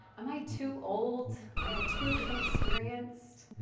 am i too old? am i too inexperienced?